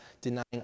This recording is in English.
denying